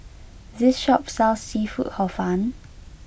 this shop sells seafood Hor Fun